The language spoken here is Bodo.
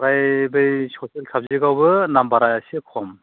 ओमफ्राय बै ससियेल साबजेक्टआवबो नाम्बारा एसे खम